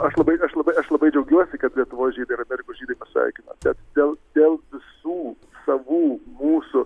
aš labai aš labai aš labai džiaugiuosi kad lietuvos žydai ir amerikos žydai pasveikina bet dėl dėl visų savų mūsų